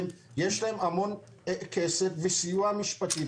יש להן המון כסף וסיוע משפטי.